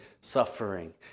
suffering